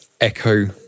echo